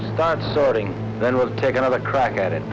start starting then we'll take another crack at it